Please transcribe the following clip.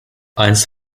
einst